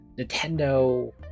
Nintendo